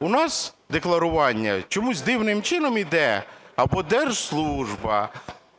У нас декларування чомусь дивним чином йде: або держслужба,